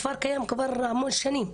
הכפר קיים כבר המון שנים,